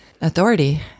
authority